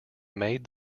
made